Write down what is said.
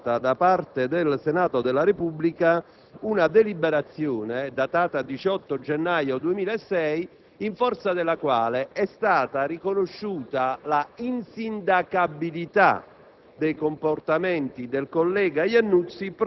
In merito a questo procedimento vi è stata, da parte del Senato della Repubblica, una deliberazione, datata 18 gennaio 2006, in forza della quale è stata riconosciuta l'insindacabilità